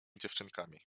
dziewczynkami